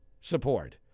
support